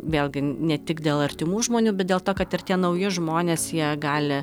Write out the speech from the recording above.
vėlgi ne tik dėl artimų žmonių bet dėl to kad ir tie nauji žmonės jie gali